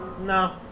No